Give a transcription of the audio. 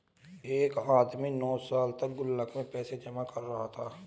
एक आदमी नौं सालों तक गुल्लक में पैसे जमा कर रहा था